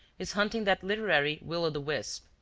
is hunting that literary will o' the wisp.